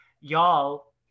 Y'all